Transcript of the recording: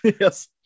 Yes